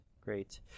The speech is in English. great